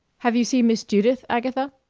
have you seen miss judith, agatha?